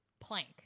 plank